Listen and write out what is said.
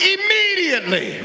immediately